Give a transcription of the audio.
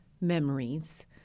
memories